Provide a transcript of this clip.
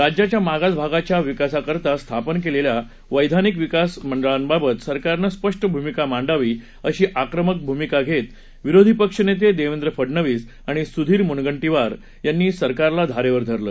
राज्याच्या मागास भागाच्या विकासाकरता स्थापन केलेल्या वैधानिक विकास मंडळाबाबत सरकारनं स्पष्ट भूमिका मांडावी अशी आक्रमक भूमिका घेत विरोधी पक्षनेते देवेन्द्र फडनवीस आणि सुधीर मुनगंटीवार यांनी सरकारला धारेवर धरलं